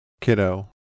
kiddo